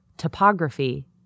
topography